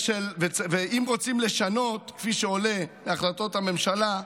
אם רוצים לשנות, כפי שעולה מהחלטות הממשלה,